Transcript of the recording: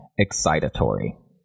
excitatory